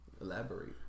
elaborate